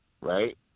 right